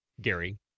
gary